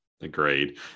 agreed